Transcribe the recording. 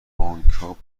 بانکها